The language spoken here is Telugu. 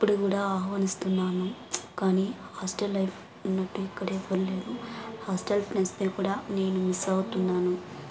ఇప్పుడు కూడా ఆహ్వానిస్తున్నాను కాని హాస్టల్ లైఫ్ ఉన్నట్టు ఇక్కడ ఎవ్వలు లేరు హాస్టల్ ఫ్రెండ్స్ని కూడా నేను మిస్ అవుతున్నాను